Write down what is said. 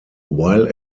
while